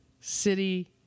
city